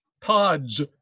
pods